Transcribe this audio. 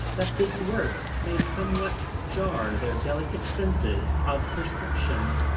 that this work may somewhat jar their delicate senses of perception.